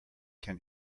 can